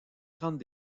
grandes